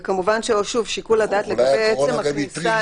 וכמובן שיקול הדעת לגבי עצם הכניסה,